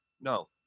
no